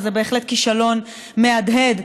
וזה בהחלט כישלון מהדהד.